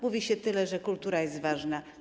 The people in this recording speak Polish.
Mówi się tyle, że kultura jest ważna.